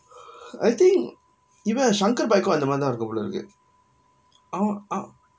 I think இவ:iva shangkar bike கு அந்த மாதிருதா இருக்கு போலிருக்கு அவ்~ அவ:ku antha maathiru thaa irukku polirukku av~ ava